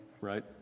right